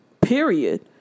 Period